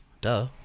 Duh